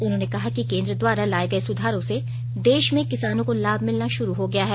उन्होंने कहा कि केंद्र द्वारा लाए गए सुधारों से देश में किसानों को लाभ मिलना शुरू हो गया है